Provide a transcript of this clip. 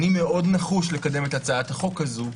אני מאוד נחוש לקדם את הצעת החוק הזו,